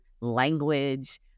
language